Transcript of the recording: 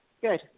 Good